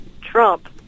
Trump